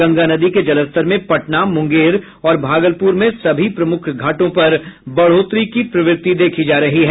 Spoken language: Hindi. गंगा नदी के जलस्तर में पटना मुंगेर और भागलपुर में सभी प्रमुख घाटों पर बढ़ोतरी की प्रवृत्ति देखी जा रही है